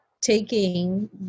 taking